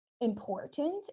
important